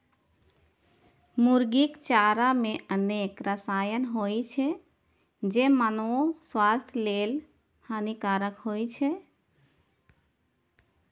मुर्गीक चारा मे अनेक रसायन होइ छै, जे मानवो स्वास्थ्य लेल हानिकारक होइ छै